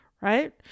right